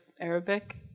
Arabic